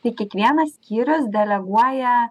tai kiekvienas skyrius deleguoja